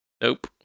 nope